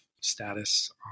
status